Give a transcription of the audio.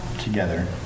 together